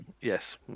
yes